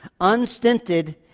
unstinted